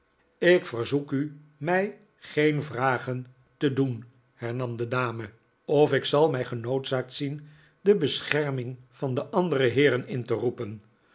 ik verzoek u mij geen vragen te doen hernam de dame of ik zal mij genoodzaakt zien de bescherming van de andere heeren in te roepen